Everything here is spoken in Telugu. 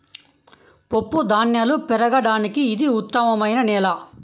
పప్పుధాన్యాలు పెరగడానికి ఇది ఉత్తమమైన నేల